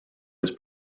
his